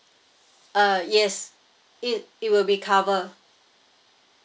uh yes it it will be cover